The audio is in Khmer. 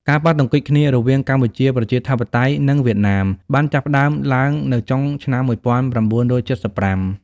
ការប៉ះទង្គិចគ្នារវាងកម្ពុជាប្រជាធិបតេយ្យ និងវៀតណាម បានចាប់ផ្តើមឡើងនៅចុងឆ្នាំ១៩៧៥។